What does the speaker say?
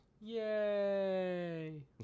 Yay